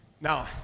Now